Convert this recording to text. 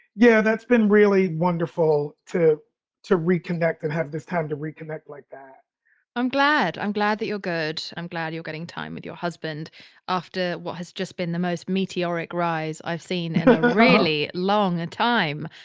yeah, that's been really wonderful to to reconnect and have this time to reconnect like that i'm glad. i'm glad that you're good. i'm glad you're getting time with your husband after what has just been the most meteoric rise i've seen a really long and time.